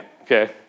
okay